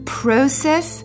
process